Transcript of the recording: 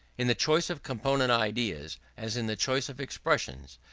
in the choice of component ideas, as in the choice of expressions,